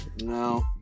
No